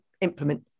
implement